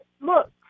look